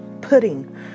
pudding